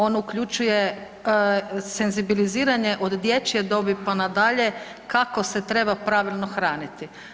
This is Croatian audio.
On uključuje senzibiliziranje od dječje dobi pa na dalje kako se treba pravilno hraniti.